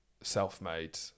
self-made